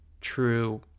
true